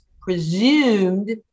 presumed